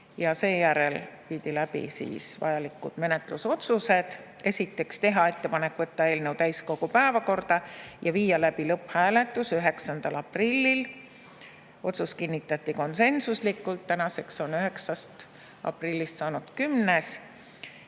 Seejärel võeti vastu vajalikud menetlusotsused. Esiteks, teha ettepanek võtta eelnõu täiskogu päevakorda ja viia läbi lõpphääletus 9. aprillil, see otsus kinnitati konsensuslikult – tänaseks on küll 9. aprillist saanud 10.